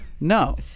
No